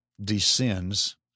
descends